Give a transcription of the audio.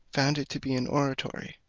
found it to be an oratory.